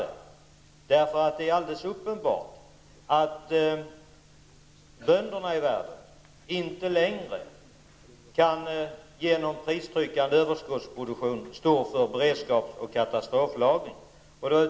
Det är alldeles uppenbart att bönderna i världen inte längre genom prispressande överskottsproduktion kan stå för beredskaps och katastroflagring.